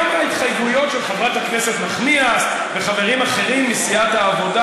גם ההתחייבויות של חברת הכנסת נחמיאס וחברים אחרים מסיעת העבודה,